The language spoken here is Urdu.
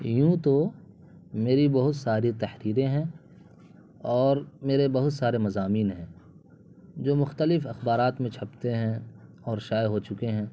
یوں تو میری بہت ساری تحریریں ہیں اور میرے بہت سارے مضامین ہیں جو مختلف اخبارات میں چھپتے ہیں اور شائع ہو چکے ہیں